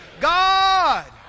God